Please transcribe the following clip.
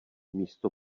místo